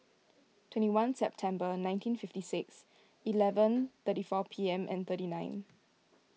twenty one September nineteen fifty six eleven thirty four P M and thirty nine